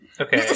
Okay